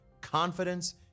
confidence